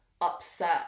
upset